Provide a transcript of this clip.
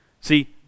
See